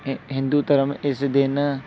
ਹਿ ਹਿੰਦੂ ਧਰਮ ਇਸ ਦਿਨ